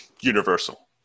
universal